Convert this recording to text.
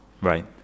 Right